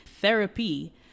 Therapy